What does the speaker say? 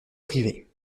privé